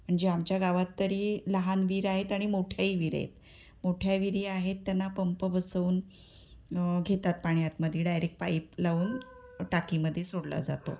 म्हणजे आमच्या गावात तरी लहान विहीर आहेत आणि मोठ्याही विहीर आहेत मोठ्या विहिरी आहेत त्यांना पंप बसवून घेतात पाण्यात मध्ये डायरेक्ट पाईप लावून टाकीमध्ये सोडला जातो